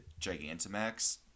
Gigantamax